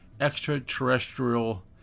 extraterrestrial